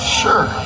sure